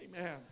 Amen